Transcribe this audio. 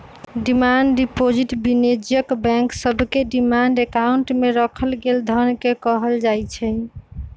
demand deposit वाणिज्यिक bank सभके demand account में राखल गेल धन के कहल जाइ छै